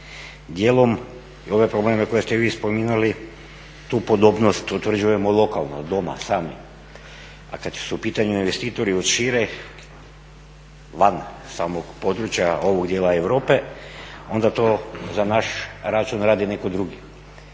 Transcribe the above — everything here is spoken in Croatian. Dijelom i ove probleme koje ste vi spominjali tu podobnost utvrđujemo lokalno doma sami, a kad su pitanju investitori od šire van samog područja ovog dijela Europe onda to za naš račun radi netko drugi.